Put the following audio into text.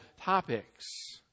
topics